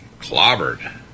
clobbered